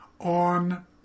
on